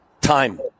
time